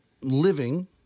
living